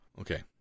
Okay